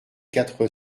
quatre